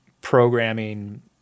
programming